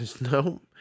no